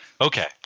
Okay